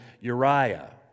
Uriah